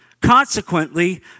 Consequently